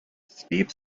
steep